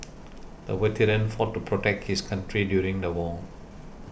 the veteran fought to protect his country during the war